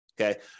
okay